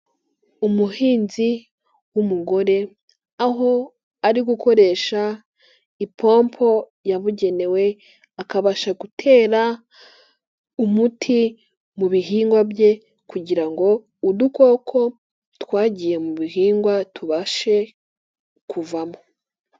Umuhinzi w'umugore, aho ari gukoresha ipompo yabugenewe akabasha gutera umuti mu bihingwa bye kugira ngo udukoko twagiye mu bihingwa tubashe kuvamo.